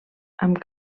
amb